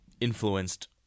influenced